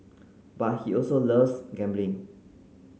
but he also loves gambling